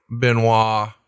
Benoit